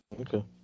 Okay